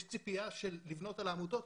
יש ציפייה לבנות על עמותות,